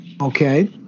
Okay